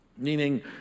Meaning